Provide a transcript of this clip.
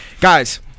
guys